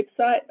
website